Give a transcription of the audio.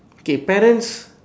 k parents